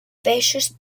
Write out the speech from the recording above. peixos